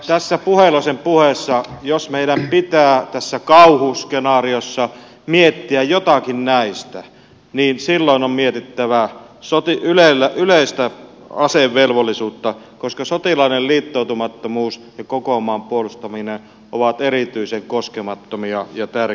tässä puheloisen puheessa jos meidän pitää tässä kauhuskenaariossa miettiä jotakin näistä silloin on mietittävä yleistä asevelvollisuutta koska sotilaiden liittoutumattomuus ja koko maan puolustaminen ovat erityisen koskemattomia ja tärkeitä asioita